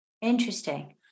Interesting